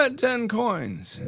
ah ten coins.